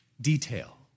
detail